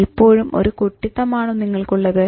ഇപ്പോഴും ഒരു കുട്ടിത്തം ആണോ നിങ്ങൾക്കുള്ളത്